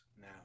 now